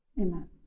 Amen